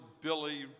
Billy